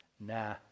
Nah